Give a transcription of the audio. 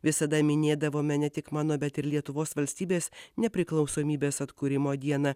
visada minėdavome ne tik mano bet ir lietuvos valstybės nepriklausomybės atkūrimo dieną